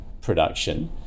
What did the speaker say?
production